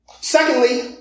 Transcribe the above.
Secondly